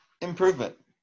Improvement